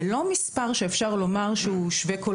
זה לא מספר שאפשר לומר שהוא שווה כל